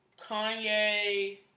Kanye